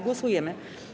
Głosujemy.